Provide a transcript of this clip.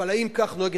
הטריבונלים האלה,